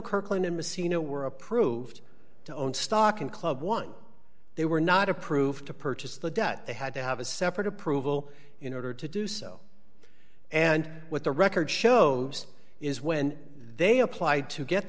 kirkland and messina were approved to own stock in club one they were not approved to purchase the debt they had to have a separate approval in order to do so and what the record shows is when they applied to get